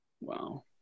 Wow